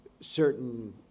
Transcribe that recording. certain